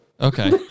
Okay